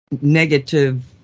negative